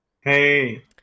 hey